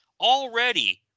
already